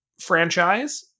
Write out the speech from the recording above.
franchise